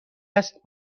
است